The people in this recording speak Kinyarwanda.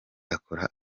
akora